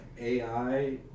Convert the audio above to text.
AI